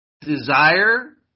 desire